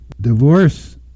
divorce